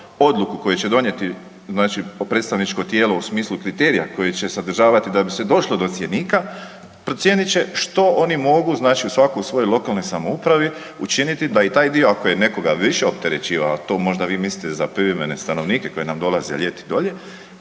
odluku koju će donijeti znači predstavničko tijelo u smislu kriterija koje će sadržavati da bi se došlo do cjenika procijenit će što oni mogu znači svako u svojoj lokalnoj samoupravi učiniti da i taj dio ako je nekoga više opterećivao, a to možda vi mislite za privremene stanovnike koji nam dolaze ljeti dolje,